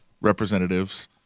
representatives